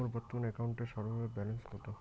মোর বর্তমান অ্যাকাউন্টের সর্বনিম্ন ব্যালেন্স কত?